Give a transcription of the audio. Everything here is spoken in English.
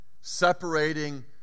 separating